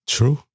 True